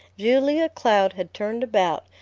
julia cloud had turned about,